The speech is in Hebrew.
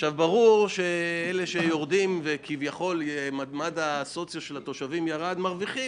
ברור שאלה שיורדים במעמד הסוציו מרוויחים,